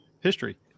history